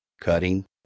cutting